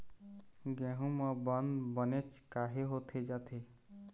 गेहूं म बंद बनेच काहे होथे जाथे?